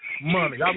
Money